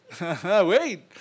wait